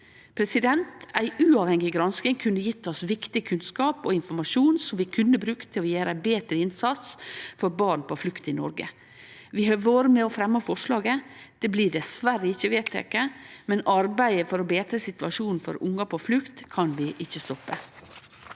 å finne ut. Ei uavhengig gransking kunne gjeve oss viktig kunnskap og informasjon som vi kunne brukt til å gjere ein betre innsats for barn på flukt i Noreg. Vi har vore med og fremja forslaget. Det blir dessverre ikkje vedteke, men arbeidet for å betre situasjonen for ungar på flukt kan vi ikkje stoppe.